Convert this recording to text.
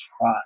try